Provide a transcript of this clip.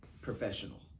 professional